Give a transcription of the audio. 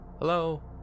Hello